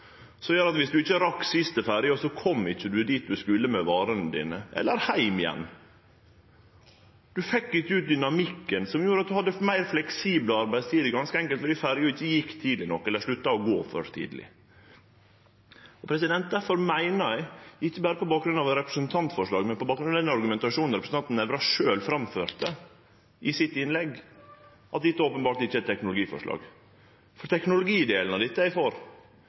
som gjer at om ein ikkje rakk siste ferja, kom ein ikkje dit ein skulle med varene sine, eller heim igjen. Ein fekk ikkje ut dynamikken som gjorde at ein hadde meir fleksible arbeidstider, ganske enkelt fordi ferja ikkje gjekk tidleg nok, eller slutta å gå for tidleg. Difor meiner eg, ikkje berre på bakgrunn av representantforslaget, men på bakgrunn av den argumentasjonen representanten Nævra sjølv framførte i innlegget sitt, at dette openbert ikkje er eit teknologiforslag. For teknologidelen av dette er eg for,